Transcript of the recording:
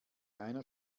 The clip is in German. einer